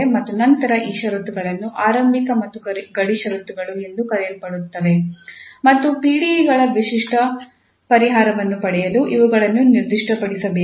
ಮತ್ತು ನಂತರ ಈ ಷರತ್ತುಗಳು ಆರಂಭಿಕ ಮತ್ತು ಗಡಿ ಷರತ್ತುಗಳು ಎಂದು ಕರೆಯಲ್ಪಡುತ್ತವೆ ಮತ್ತು PDE ಗಳ ವಿಶಿಷ್ಟ ಪರಿಹಾರವನ್ನು ಪಡೆಯಲು ಇವುಗಳನ್ನು ನಿರ್ದಿಷ್ಟಪಡಿಸಬೇಕು